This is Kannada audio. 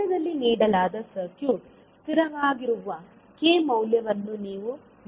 ಚಿತ್ರದಲ್ಲಿ ನೀಡಲಾದ ಸರ್ಕ್ಯೂಟ್ ಸ್ಥಿರವಾಗಿರುವ k ಮೌಲ್ಯವನ್ನು ನಾವು ನಿರ್ಧರಿಸಬೇಕು